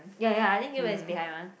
ya ya I think you is behind one